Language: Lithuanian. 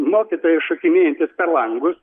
mokytojai šokinėjantys per langus